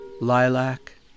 lilac